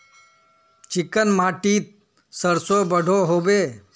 Chicken माटित सरसों बढ़ो होबे?